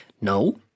No